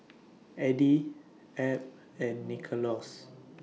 Addie Abb and Nicklaus